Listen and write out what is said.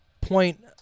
point